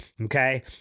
okay